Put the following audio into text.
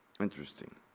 Interesting